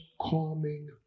calming